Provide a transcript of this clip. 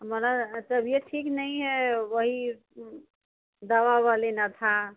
हमारा तबीयत ठीक नहीं है वही दवा ओवा लेना था